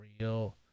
real